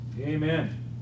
Amen